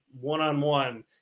one-on-one